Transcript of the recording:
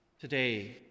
Today